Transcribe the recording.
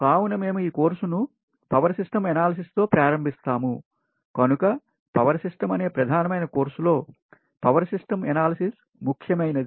కావున మేము ఈ కోర్సును పవర్ సిస్టం ఎనాలసిస్ తో ప్రారంభిస్తాము కనుక పవర్ సిస్టం అనే ప్రధానమైన కోర్సు లో పవర్ సిస్టం ఎనాలసిస్ ముఖ్యమైనది